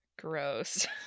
Gross